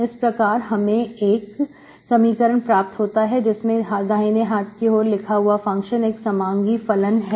इस प्रकार हमें एक समीकरण प्राप्त होता है जिसमें दाहिने हाथ की ओर लिखा हुआ फंक्शन एक समांगी फलन है